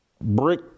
Brick